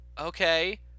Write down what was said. okay